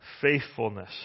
faithfulness